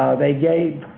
they gave